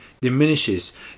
diminishes